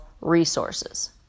resources